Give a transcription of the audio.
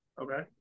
okay